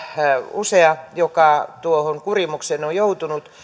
usea joka tuohon kurimukseen on joutunut